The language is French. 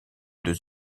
deux